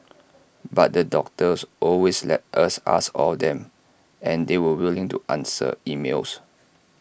but the doctors always let us ask all them and they were willing to answer emails